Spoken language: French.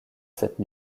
cette